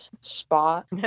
spot